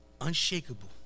unshakable